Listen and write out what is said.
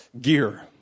gear